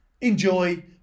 enjoy